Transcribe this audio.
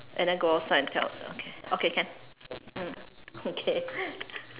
and then go outside and tell her okay okay can mm okay